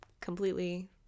completely